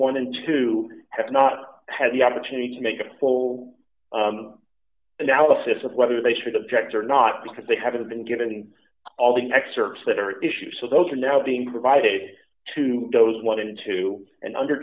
one and two have not had the opportunity to make a full analysis of whether they should object or not because they haven't been given all the excerpts that are issue so those are now being provided to those one and two and under